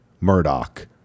Murdoch